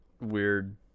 weird